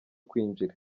kwinjira